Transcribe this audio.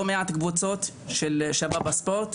לא מעט קבוצות של "שווה בספורט".